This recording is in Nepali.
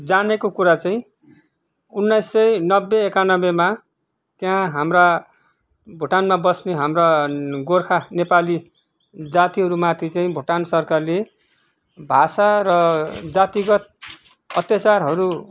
जानेको कुरा चाहिँ उन्नाइस सय नब्बे एकानब्बेमा त्यहाँ हाम्रा भुटानमा बस्ने हाम्रा गोर्खा नेपाली जातिहरूमाथि चाहिँ भुटान सरकारले भाषा र जातिगत अत्याचारहरू